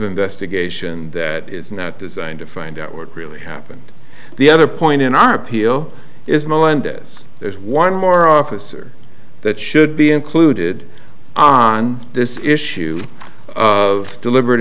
investigation that is not designed to find out what really happened the other point in our appeal is melendez there's one more officer that should be included on this issue of deliber